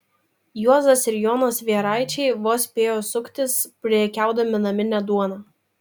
juozas ir jonas vieraičiai vos spėjo suktis prekiaudami namine duona